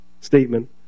statement